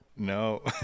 No